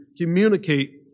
communicate